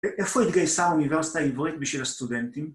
איפה התגייסה האוניברסיטה עברית בשביל הסטודנטים?